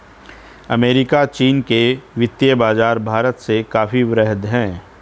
America चीन के वित्तीय बाज़ार भारत से काफी वृहद हैं